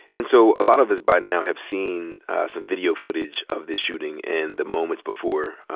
and so a lot of us by now have seen some video footage of this shooting and the moments before,